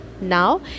Now